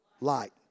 Light